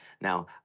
Now